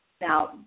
Now